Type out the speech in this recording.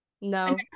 no